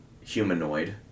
humanoid